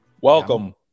Welcome